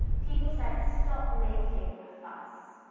people said, stop making a fuss.